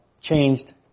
changed